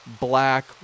black